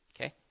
Okay